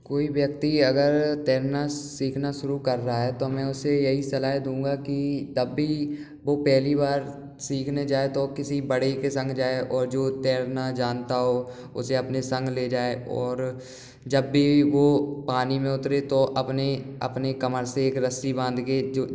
कोई व्यक्ति अगर तैरना सीखना शुरू कर रहा है तो मैं उसे यही सलाह दूंगा कि तभी वो पहली बार सीखने जाए तो किसी बड़े के संग जाए और जो तैरना जानता हो उसे अपने संग ले जाए और जब भी वो पानी में उतरे तो अपनी अपनी कमर से एक रस्सी बांध के